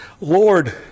Lord